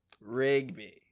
Rigby